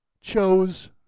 chose